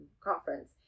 conference